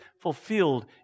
fulfilled